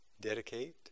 dedicate